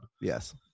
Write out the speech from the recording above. yes